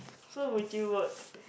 so would you work